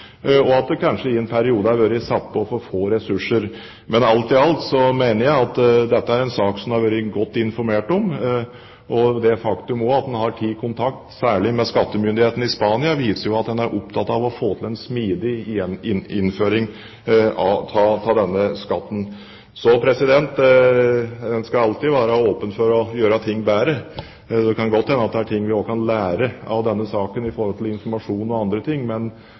og at det kanskje i en periode har vært satt på for få ressurser. Men alt i alt mener jeg at dette er en sak som det har vært godt informert om. Og det faktum at man har tatt kontakt, særlig med skattemyndigheten i Spania, viser jo at en er opptatt av å få til en smidig innføring av denne skatten. En skal alltid være åpen for å gjøre ting bedre, og det kan godt hende at det er ting vi kan lære av denne saken i forhold til informasjon og